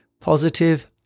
positive